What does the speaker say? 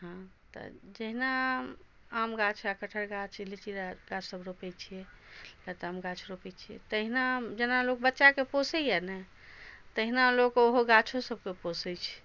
हँ तऽ जहिना आम गाछ कठहर गाछ लीची गाछ सब रोपै छियै लताम गाछ रोपै छियै तहिना जेना लोक बच्चा के पोषैया ने तहिना लोक ओहो गाछो सबके पोषै छै